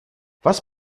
was